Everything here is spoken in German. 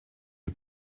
die